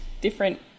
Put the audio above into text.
different